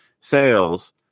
sales